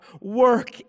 work